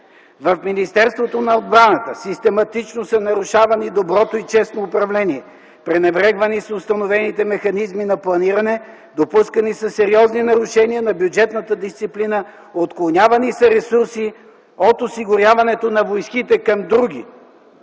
„В Министерството на отбраната систематично са нарушавани доброто и честно управление, пренебрегвани са установените механизми на планиране, допускани са сериозни нарушения на бюджетната дисциплина, отклонявани са ресурси от осигуряването на войските към други,